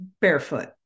barefoot